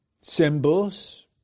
symbols